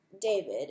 David